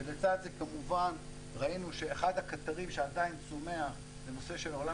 ולצד זה כמובן ראינו שאחד הקטרים שעדיין צומח זה נושא של העולם